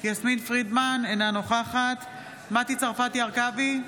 יסמין פרידמן, אינה נוכחת מטי צרפתי הרכבי,